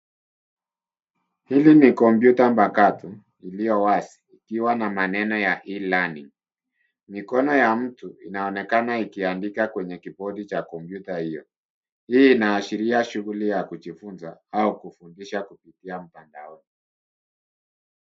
Hili ni kompyuta mpakato iliyo wazi likiwa na maneno ya e learning . Mikono ya mtu inaonekana ikiandika kwenye kibodi cha kompyuta hiyo. Hii inaashiria shughuli ya kujifunza au kufundisha kupitia mtandaoni.